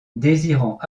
désirant